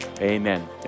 amen